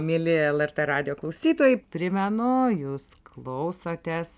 mieli lrt radijo klausytojai primenu jūs klausotės